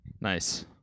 Nice